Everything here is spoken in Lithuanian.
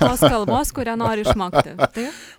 tos kalbos kurią nori išmokti taip